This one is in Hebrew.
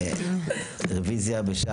אני עושה את הרביזיה, ונודיע אם נצטרך